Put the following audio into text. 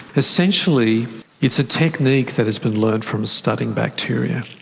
essentially it's a technique that has been learned from studying bacteria,